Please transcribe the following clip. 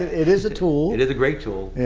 it is a tool. it is a great tool.